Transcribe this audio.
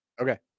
Okay